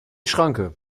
schranke